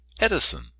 Edison